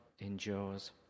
endures